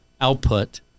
output